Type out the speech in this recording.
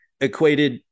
equated